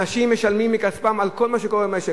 אנשים משלמים מכספם על כל מה שקורה במשק.